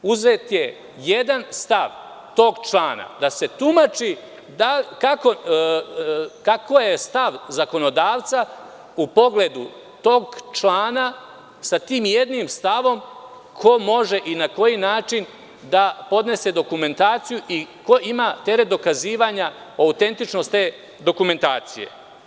Uzet je jedan stav tog člana da se tumači kakav je stav zakonodavca u pogledu tog člana sa tim jednim stavom ko može i na koji način da podnese dokumentaciju i ko ima teret dokazivanja, autentičnost te dokumentacije.